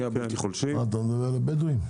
בדואים?